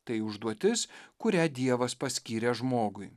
tai užduotis kurią dievas paskyrė žmogui